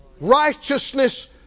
Righteousness